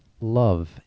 love